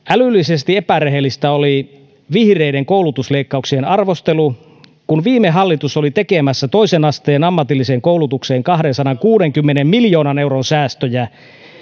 älyllisesti epärehellistä oli vihreiden koulutusleikkauksien arvostelu kun viime hallitus oli tekemässä toisen asteen ammatillisen koulutuksen kahdensadankuudenkymmenen miljoonan euron säästöjä